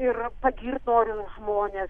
ir pagirt noriu žmones